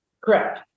Correct